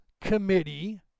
Committee